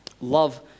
Love